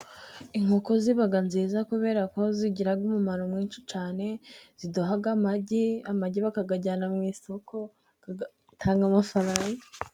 Inkoko ziba nziza kubera ko zigira umumaro mwinshi cyane, ziduha amagi, amagi bakayajyana mu isoko agatanga amafaranga.